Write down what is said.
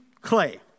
clay